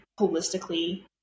holistically